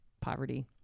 poverty